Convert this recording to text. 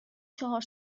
چهار